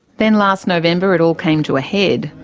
then last november it all came to a head.